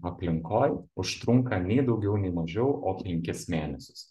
aplinkoj užtrunka nei daugiau nei mažiau o penkis mėnesius